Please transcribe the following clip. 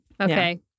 okay